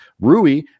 Rui